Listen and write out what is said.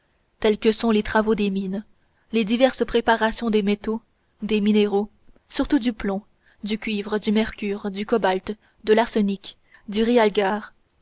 tels que sont les travaux des mines les diverses préparations des métaux des minéraux surtout du plomb du cuivre du mercure du cobalt de l'arsenic du